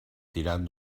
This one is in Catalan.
tirant